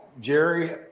Jerry